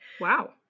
Wow